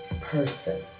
person